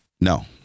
no